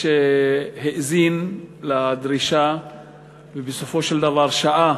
שהאזין לדרישה ובסופו של דבר שעה